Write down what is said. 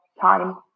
time